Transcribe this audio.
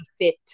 fit